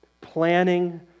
planning